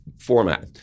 Format